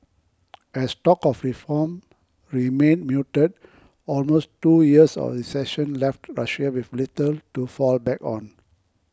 as talk of reform remained muted almost two years of recession left Russia with little to fall back on